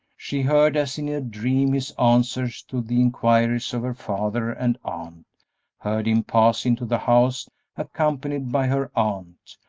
she heard as in a dream his answers to the inquiries of her father and aunt heard him pass into the house accompanied by her aunt,